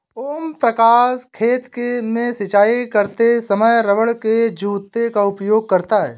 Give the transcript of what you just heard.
ओम प्रकाश खेत में सिंचाई करते समय रबड़ के जूते का उपयोग करता है